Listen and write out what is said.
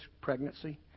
pregnancy